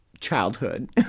childhood